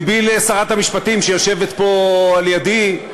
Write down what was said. לבי לשרת המשפטים שיושבת פה על-ידי,